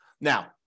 Now